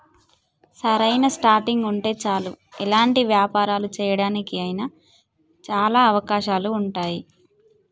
సరైన స్టార్టింగ్ ఉంటే చాలు ఎలాంటి వ్యాపారాలు చేయడానికి అయినా చాలా అవకాశాలు ఉంటాయి